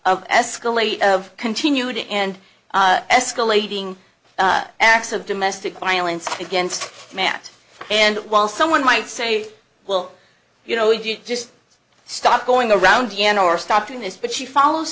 of escalate of continued and escalating acts of domestic violence against matt and while someone might say well you know if you just stop going around again or stop doing this but she follows